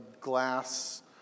glass